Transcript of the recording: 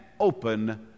open